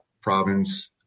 province